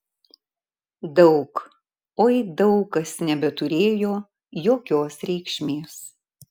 daug oi daug kas nebeturėjo jokios reikšmės